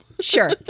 Sure